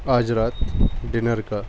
آج رات ڈنر کا